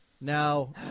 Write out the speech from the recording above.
Now